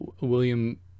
William